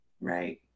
Right